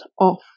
off